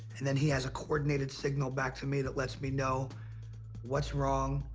and then he has a coordinated signal back to me that lets me know what's wrong,